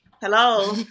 hello